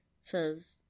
says